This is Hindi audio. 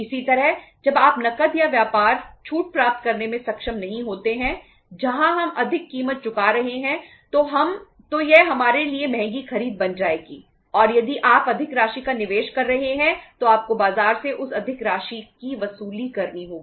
इसी तरह जब आप नकद या व्यापार छूट प्राप्त करने में सक्षम नहीं होते हैं जहां हम अधिक कीमत चुका रहे हैं तो यह हमारे लिए महंगी खरीद बन जाएगी और यदि आप अधिक राशि का निवेश कर रहे हैं तो आपको बाजार से उस अधिक राशि की वसूली करनी होगी